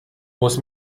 muss